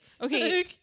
Okay